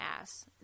ass